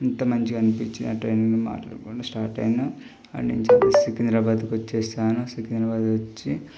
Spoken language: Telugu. అంత మంచిగా అనిపించినా ట్రైన్లో స్టార్ట్ అయిన ఆడ నుంచి సికింద్రాబాద్కి వచ్చేసాను సికింద్రాబాద్ వచ్చి